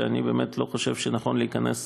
שאני באמת לא חושב שנכון להיכנס